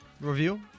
Review